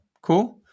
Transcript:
cool